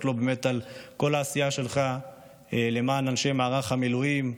באמת על כל העשייה שלך למען אנשי מערך המילואים,